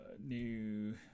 New